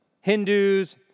Hindus